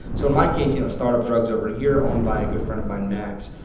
so in my case, you know startup drugz over here, owned by a good friend of mine, max.